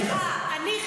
וולדיגר, אינה נוכחת.